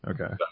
Okay